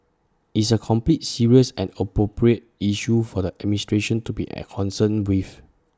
it's A complete serious and appropriate issue for the administration to be at concerned with